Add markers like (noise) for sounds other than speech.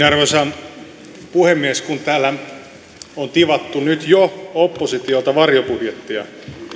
(unintelligible) arvoisa puhemies kun täällä on tivattu nyt jo oppositiolta varjobudjettia